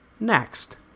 Next